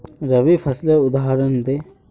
रवि फसलेर उदहारण दे?